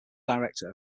director